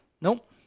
Nope